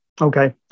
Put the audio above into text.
Okay